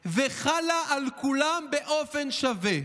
המחלוקות וחלה על כולם באופן שווה".